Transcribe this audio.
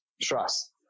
trust